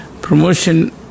Promotion